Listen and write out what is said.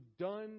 done